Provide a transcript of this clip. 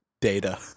data